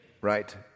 right